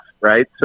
right